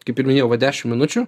kaip ir minėjau va dešim minučių